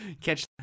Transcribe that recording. catch